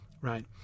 right